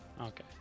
okay